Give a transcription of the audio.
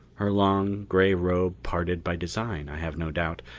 her long, gray robe parted by design, i have no doubt,